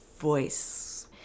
voice